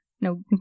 No